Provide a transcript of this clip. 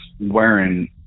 wearing